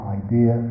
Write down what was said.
idea